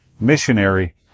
missionary